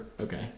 Okay